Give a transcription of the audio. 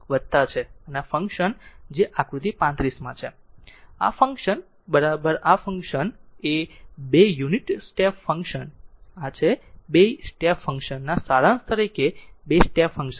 આ ફંક્શન જે આકૃતિ 35 છે આ ફંક્શન આ ફંક્શન આ 2 યુનિટ સ્ટેપ ફંક્શન આ સે 2 સ્ટેપ ફંક્શન ના સારાંશ તરીકે 2 સ્ટેપ ફંક્શન છે